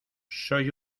soy